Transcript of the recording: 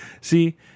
See